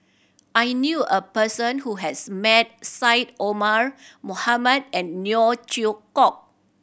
I knew a person who has met Syed Omar Mohamed and Neo Chwee Kok